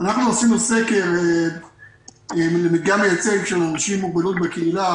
אנחנו עשינו סקר במדגם מייצג של אנשים עם מוגבלות בקהילה